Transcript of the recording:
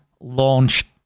launched